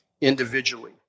individually